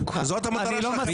אתה צודק, זאת המטרה שלכם.